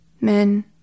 men